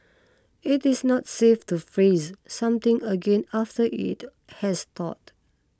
it is not safe to freeze something again after it has thawed